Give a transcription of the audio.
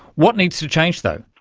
what needs to change though?